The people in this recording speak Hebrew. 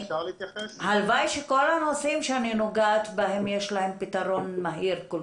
הלוואי שלכל הנושאים שאני נוגעת בהם יש פתרון מהיר כל